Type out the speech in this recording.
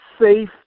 safe